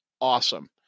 awesome